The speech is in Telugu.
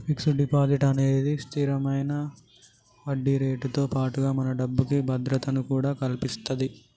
ఫిక్స్డ్ డిపాజిట్ అనేది స్తిరమైన వడ్డీరేటుతో పాటుగా మన డబ్బుకి భద్రతను కూడా కల్పిత్తది